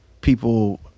people